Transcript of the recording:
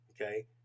Okay